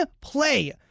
play